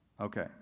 Okay